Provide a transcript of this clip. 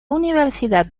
universidad